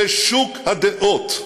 בשוק הדעות: